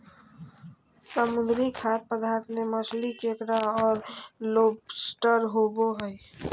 समुद्री खाद्य पदार्थ में मछली, केकड़ा औरो लोबस्टर होबो हइ